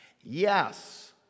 yes